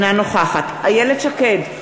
אינה נוכחת איילת שקד,